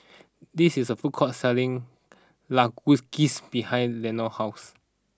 this is a food court selling Kalguksu behind Leonor's house